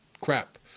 crap